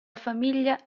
famiglia